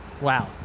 Wow